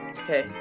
okay